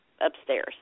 upstairs